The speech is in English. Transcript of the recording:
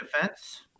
defense